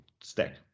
stack